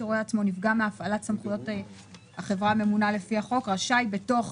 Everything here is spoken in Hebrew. שרואה עצמו נפגע מהפעלת סמכויות החברה הממונה לפי החוק רשאי בתוך